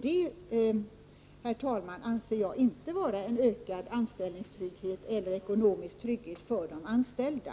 Det, herr talman, anser jag inte leda till ökad anställningstrygghet eller ekonomisk trygghet för de anställda.